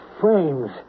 frames